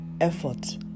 effort